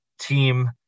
team